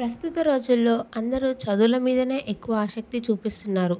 ప్రస్తుత రోజుల్లో అందరూ చదువుల మీదనే ఎక్కువ ఆసక్తి చూపిస్తున్నారు